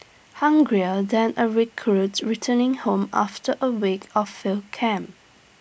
hungrier than A recruit returning home after A week of field camp